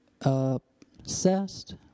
obsessed